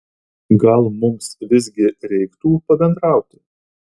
gal mums visgi reiktų pabendrauti